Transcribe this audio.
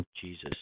Jesus